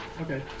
Okay